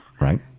Right